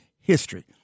history